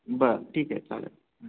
बरं ठीक आहे चालेल